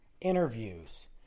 interviews